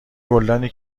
گلدانی